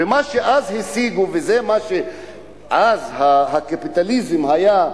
ומה שאז השיגו, וזה מה שאז הקפיטליזם היה,